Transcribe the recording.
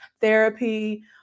therapy